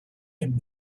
him